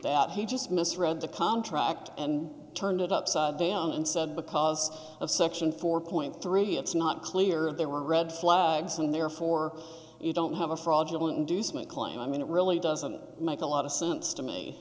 that he just misread the contract and turned it upside down and said because of section four point three it's not clear that there were red flags and therefore you don't have a fraudulent inducement claim i mean it really doesn't make a lot of sense to me